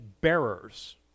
bearers